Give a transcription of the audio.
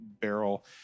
barrel